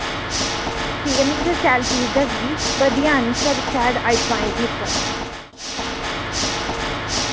ठीक ऐ में तुसेंगी शैल पीस दसगी बधिया न साढ़े शैल आइटमां आई दी इस बार